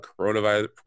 coronavirus